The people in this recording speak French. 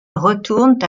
retournent